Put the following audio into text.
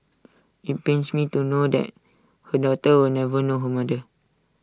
IT pains me to know that her daughter will never know her mother